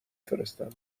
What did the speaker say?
فرستم